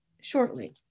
shortly